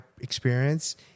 experience